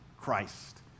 Christ